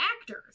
actors